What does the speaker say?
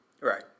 right